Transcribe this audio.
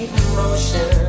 emotion